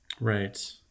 right